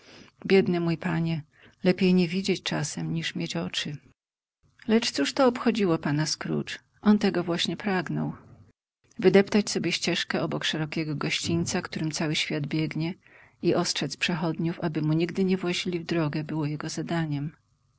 biedny mój panie lepiej nie widzieć czasem niż mieć oczy lecz cóż to obchodziło p scrooge on tego właśnie pragnął wydeptać sobie ścieżkę obok szerokiego gościńca którym cały świat biegnie i ostrzedz przechodniów aby mu nigdy nie włazili w drogę było jego zadaniem